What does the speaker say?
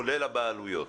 כולל הבעלויות?